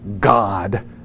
God